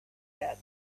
that